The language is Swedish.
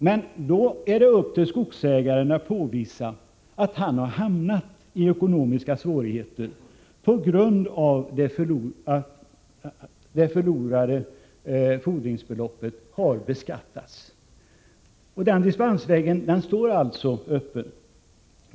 Men då är det upp till skogsägaren att påvisa att han hamnat i ekonomiska svårigheter på grund av att det förlorade fordringsbeloppet har beskattats. Den dispensmöjligheten står alltså öppen.